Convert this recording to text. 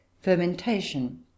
fermentation